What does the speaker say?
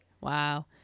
wow